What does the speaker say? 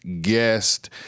guest